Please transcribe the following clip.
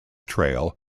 trail